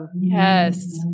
Yes